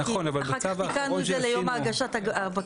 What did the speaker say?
כן, כי אחר כך תיקנו את זה ליום הגשת הבקשה.